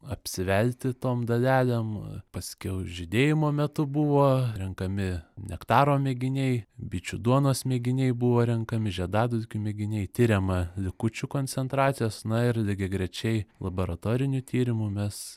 apsivelti tom dalelema paskiau žydėjimo metu buvo renkami nektaro mėginiai bičių duonos mėginiai buvo renkami žiedadulkių mėginiai tiriama likučių koncentracijos na ir lygiagrečiai laboratoriniu tyrimu mes